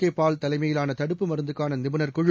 கேபால் தலைமையிலாள தடுப்பு மருந்துக்கான நிபுணர் குழு